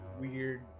weird